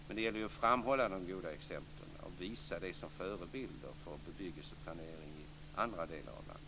Men det gäller att framhålla de goda exemplen och visa dem som förebilder för bebyggelseplanering i andra delar av landet.